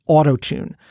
Auto-Tune